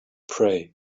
pray